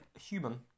human